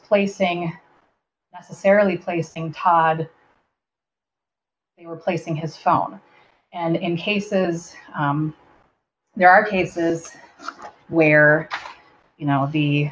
placing a fairly placing todd replacing his phone and in chases there are cases where you know the